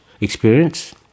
experience